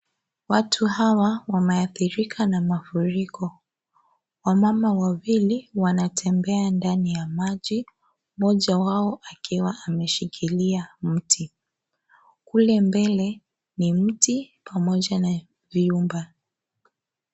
Watu hawa wameathirika na mafuriko. Wamama wawili wanatembea ndani ya maji. Moja wao akiwa ameshikilia mti. Kule mbele ni mti pamoja na vyumba.